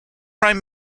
prime